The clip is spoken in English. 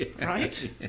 Right